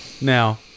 now